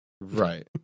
Right